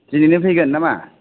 दिनैनो फैगोन नामा